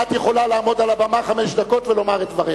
את יכולה לעמוד על הבמה חמש דקות ולומר את דברך.